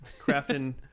crafting